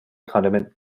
condiment